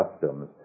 customs